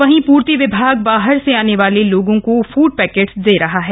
वहीं पूर्ति विभाग बाहर से आने वाले लोगों को फूड पैकेट दिला रहा है